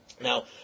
Now